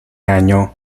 año